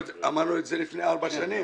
אמרנו את זה לפני ארבע שנים.